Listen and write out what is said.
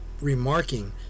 remarking